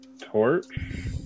torch